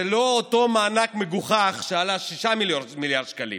זה לא אותו מענק מגוחך שעלה 6 מיליארד שקלים,